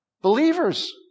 Believers